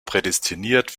prädestiniert